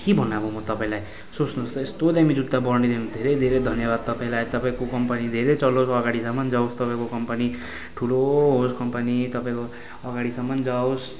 के भनौँ अब म तपाईँलाई सोच्नुहोस् त यस्तो दामी जुत्ता बनाइदिनु भएकोमा धेरै धेरै धन्यवाद तपाईँलाई तपाईँको कम्पनी धेरै चलोस् अगाडिसम्म जाओस् तपाईँको कम्पनी थुलो होस् कम्पनी तपाईँको अगाडिसम्म जाओस्